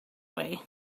way